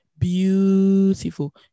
beautiful